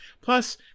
Plus